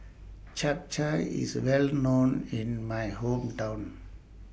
Chap Chai IS Well known in My Hometown